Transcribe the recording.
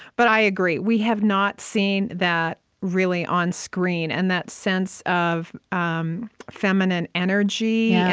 but i agree. we have not seen that, really, onscreen, and that sense of um feminine energy.